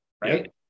right